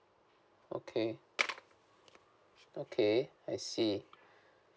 okay okay I see